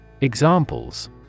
Examples